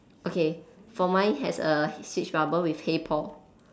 okay for mine has a speech bubble with hey Paul